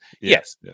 Yes